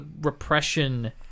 repression